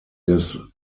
des